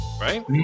right